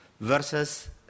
versus